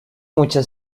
mucha